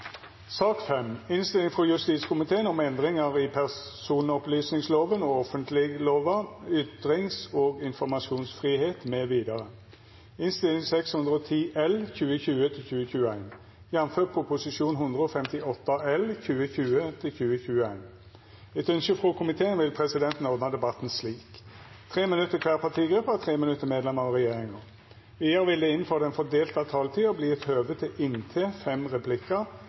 sak nr. 5. Etter ynske frå komiteen vil presidenten ordna debatten slik: 3 minutt til kvar partigruppe og 3 minutt til medlemmer av regjeringa. Vidare vil det – innanfor den fordelte taletida – verta gjeve høve til inntil fem replikkar